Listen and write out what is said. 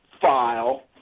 file